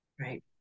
Right